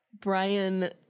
brian